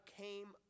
came